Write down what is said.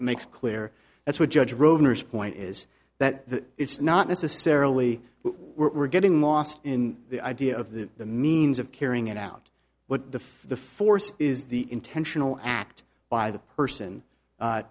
makes clear that's what judge rover's point is that it's not necessarily we're getting mosque in the idea of the the means of carrying it out but the the force is the intentional act by the person